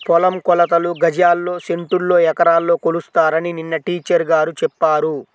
పొలం కొలతలు గజాల్లో, సెంటుల్లో, ఎకరాల్లో కొలుస్తారని నిన్న టీచర్ గారు చెప్పారు